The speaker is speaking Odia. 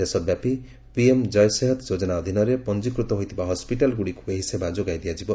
ଦେଶବ୍ୟାପୀ ପିଏମ୍ ଜୟ ଯୋଜନା ଅଧୀନରେ ପଞ୍ଜିକୃତ ହୋଇଥିବା ହସ୍କିଟାଲ୍ଗୁଡ଼ିକ ଏହି ସେବା ଯୋଗାଇ ଦିଆଯିବ